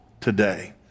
today